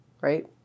right